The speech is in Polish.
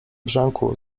brzęku